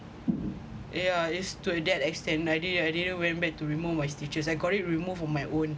yeah it's to that extent I didn't I didn't went back to remove my stitches I got it removed on my own